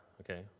okay